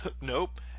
nope